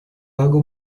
lago